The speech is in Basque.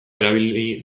erabili